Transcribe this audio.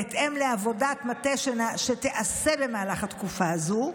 בהתאם לעבודת מטה שתיעשה במהלך התקופה הזו,